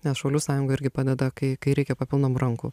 nes šaulių sąjunga irgi padeda kai kai reikia papildomų rankų